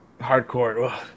hardcore